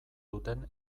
duten